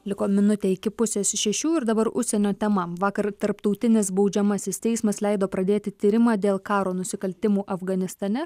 liko minutė iki pusės šešių ir dabar užsienio tema vakar tarptautinis baudžiamasis teismas leido pradėti tyrimą dėl karo nusikaltimų afganistane